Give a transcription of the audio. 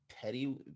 Petty